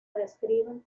describen